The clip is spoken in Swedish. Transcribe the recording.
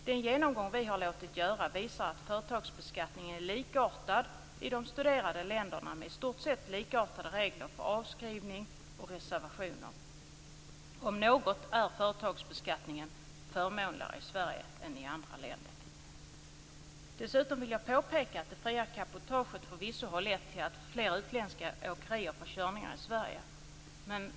Den genomgång vi låtit göra visar att företagsbeskattningen är likartad i de studerade länderna med i stort sett likartade regler för avskrivning och reserveringar. Om något är företagsbeskattningen något förmånligare i Sverige än i andra länder." Dessutom vill jag påpeka att det fria cabotaget förvisso har lett till att fler utländska åkerier får körningar i Sverige.